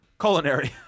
culinary